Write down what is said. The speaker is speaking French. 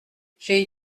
j’ai